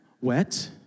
wet